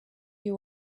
you